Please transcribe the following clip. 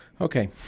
Okay